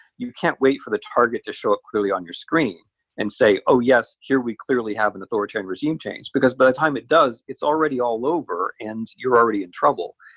you can't wait for the target to show up clearly on your screen and say, oh, yes. here we clearly have an authoritarian regime change, because by the time it does, it's already all over and you're already in trouble.